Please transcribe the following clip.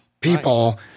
people